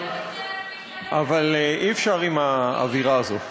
אבל אי-אפשר עם האווירה הזאת.